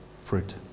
fruit